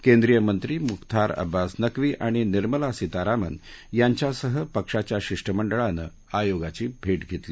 कॅद्रिय मंत्री मुख्तार अब्बास नक्वी आणि निर्मला सितारामन यांच्यासह पक्षाच्या शिष्टमंडळानं आयोगाची भेट घेतली